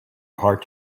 heart